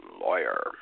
lawyer